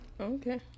Okay